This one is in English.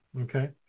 okay